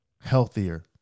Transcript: healthier